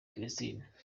christine